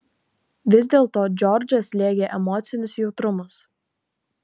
vis dėlto džordžą slėgė emocinis jautrumas